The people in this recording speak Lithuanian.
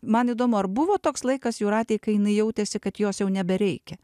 man įdomu ar buvo toks laikas jūratei kai jinai jautėsi kad jos jau nebereikia